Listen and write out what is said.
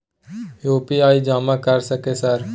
UPI जमा कर सके सर?